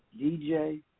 DJ